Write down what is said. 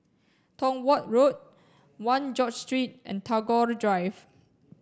Tong Watt Road One George Street and Tagore Drive